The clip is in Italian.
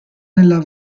nella